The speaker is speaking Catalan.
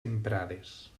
emprades